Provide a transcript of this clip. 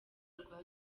rwa